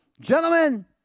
Gentlemen